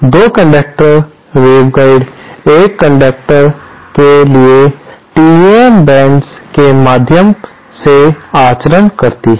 2 conductor waveguide एक conductor के लिए टीईएम बेंड्स के माध्यम से आचरण करते हैं